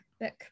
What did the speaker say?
book